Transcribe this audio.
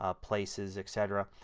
ah places, etc.